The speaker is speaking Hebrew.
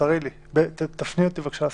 תפני אותי בבקשה לסעיף.